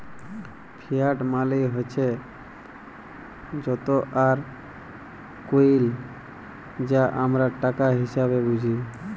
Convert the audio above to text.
fiat মালি মালে হছে যত আর কইল যা আমরা টাকা হিসাঁবে বুঝি